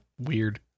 Weird